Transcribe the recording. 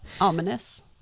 ominous